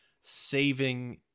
saving